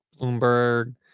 Bloomberg